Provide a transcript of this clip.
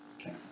Okay